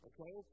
Okay